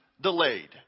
delayed